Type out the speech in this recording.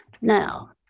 Now